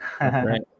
Right